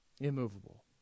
Immovable